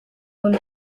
und